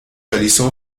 realizó